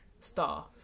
star